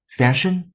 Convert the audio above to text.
fashion